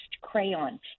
crayon